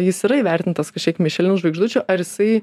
jis yra įvertintas kažkiek mišelin žvaigždučių ar jisai